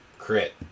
Crit